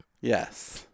Yes